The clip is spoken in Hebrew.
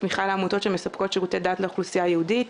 תמיכה בעמותות שמספקות שירותי דת לאוכלוסייה היהודית,